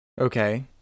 okay